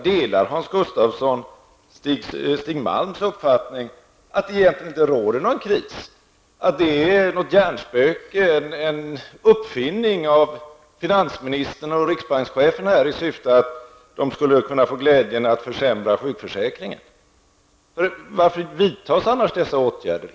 Delar Hans Gustafsson Stig Malms uppfattning, att det egentligen inte råder någon kris och att detta är ett hjärnspöke, en uppfinning av finansministern och riksbankschefen i syfte att få glädjen att försämra sjukförsäkringen? Varför vidtas annars detta åtgärder?